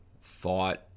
thought